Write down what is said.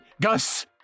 Gus